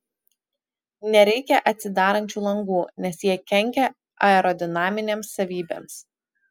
nereikia atsidarančių langų nes jie kenkia aerodinaminėms savybėms